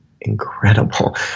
incredible